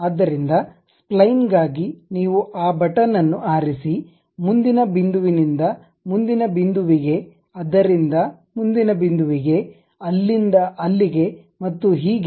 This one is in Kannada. ಆದ್ದರಿಂದ ಸ್ಪ್ಲೈನ್ಗಾಗಿ ನೀವು ಆ ಬಟನ್ ಅನ್ನು ಆರಿಸಿ ಮುಂದಿನ ಬಿಂದುವಿನಿಂದ ಮುಂದಿನ ಬಿಂದುವಿಗೆ ಅದರಿಂದ ಮುಂದಿನ ಬಿಂದುವಿಗೆ ಅಲ್ಲಿಂದ ಅಲ್ಲಿಗೆ ಮತ್ತು ಹೀಗೆ